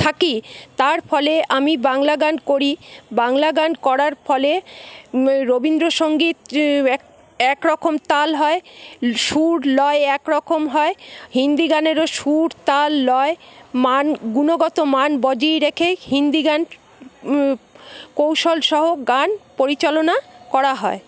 থাকি তার ফলে আমি বাংলা গান করি বাংলা গান করার ফলে রবীন্দ্রসঙ্গীত এক এক রকম তাল হয় সুর লয় এক রকম হয় হিন্দি গানেরও সুর তাল লয় মান গুণগত মান বজিয়ে রেখে হিন্দি গান কৌশলসহ গান পরিচালনা করা হয়